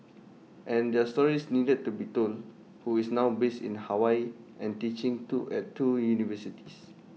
and their stories needed to be told who is now based in Hawaii and teaching two at two universities